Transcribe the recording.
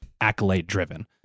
accolade-driven